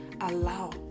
allow